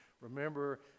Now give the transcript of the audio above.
remember